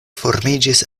formiĝis